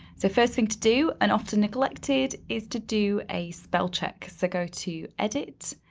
so first thing to do, and often neglected, is to do a spellcheck. so go to edit,